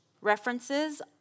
references